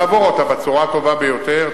צריך לעבור אותה בצורה הטובה ביותר,